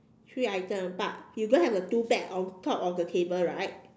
three item but you don't have a two bag on top of the table right